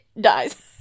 dies